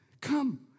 Come